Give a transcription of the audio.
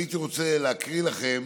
הייתי רוצה להקריא לכם